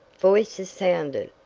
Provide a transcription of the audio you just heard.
voices sounded!